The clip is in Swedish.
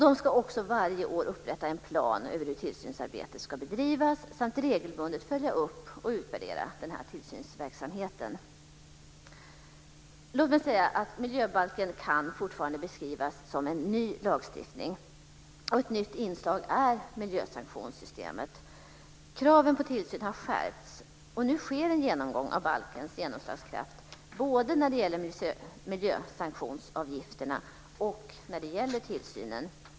De ska också varje år upprätta en plan över hur tillsynsarbetet ska bedrivas samt regelbundet följa upp och utvärdera denna tillsynsverksamhet. Miljöbalken kan fortfarande beskrivas som en ny lagstiftning. Ett nytt inslag är miljösanktionssystemet. Kraven på tillsyn har skärpts. Nu sker en genomgång av balkens genomslagskraft när det gäller både miljösanktionsavgifterna och tillsynen.